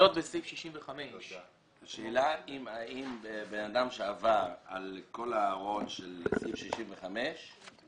המנויות בסעיף 65. בן אדם שעבר על כל הוראות סעיף 65,